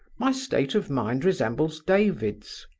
my state of mind resembles david's.